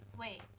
Wait